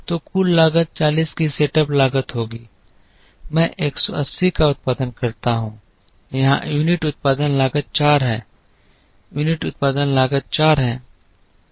तो कुल लागत 40 की सेटअप लागत होगी मैं 180 का उत्पादन करता हूं यहां यूनिट उत्पादन लागत 4 है यूनिट उत्पादन लागत 4 है